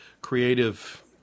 creative